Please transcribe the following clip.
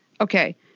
Okay